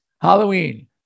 Halloween